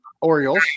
Orioles